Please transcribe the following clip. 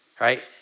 right